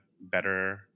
better